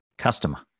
customer